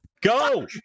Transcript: Go